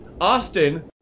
Austin